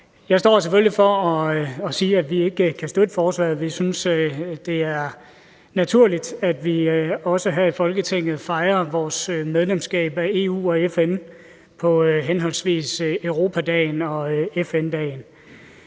Jeg står her selvfølgelig for at sige, at vi ikke kan støtte forslaget. Vi synes, at det er naturligt, at vi også her i Folketinget fejrer vores medlemskab af EU og FN på henholdsvis Europadagen og FN-dagen.